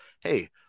hey